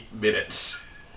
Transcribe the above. minutes